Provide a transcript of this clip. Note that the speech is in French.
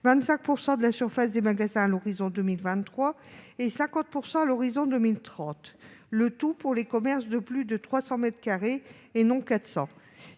25 % de la surface des magasins à l'horizon 2023 et 50 % à l'horizon 2030, le tout pour les commerces de plus de 300 mètres